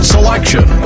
Selection